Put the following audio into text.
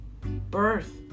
Birth